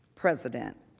president.